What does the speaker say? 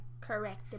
Correct